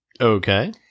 Okay